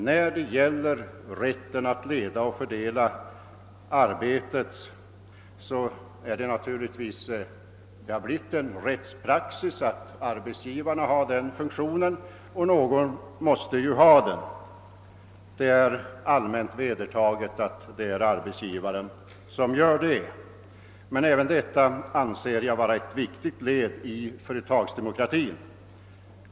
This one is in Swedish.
När det gäller rätten att leda och fördela arbetet har det blivit en allmänt vedertagen rättspraxis att arbetsgivarna har den funktionen, och någon måste ju ha den. Även detta anser jag vara ett viktigt led i företagsdemokratin.